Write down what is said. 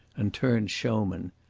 and turned showman.